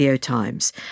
Times